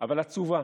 אבל עצובה,